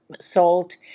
salt